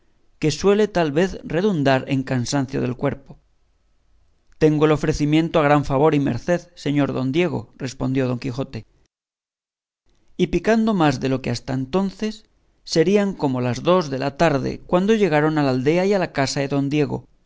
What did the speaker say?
que suele tal vez redundar en cansancio del cuerpo tengo el ofrecimiento a gran favor y merced señor don diego respondió don quijote y picando más de lo que hasta entonces serían como las dos de la tarde cuando llegaron a la aldea y a la casa de don diego